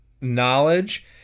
knowledge